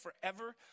forever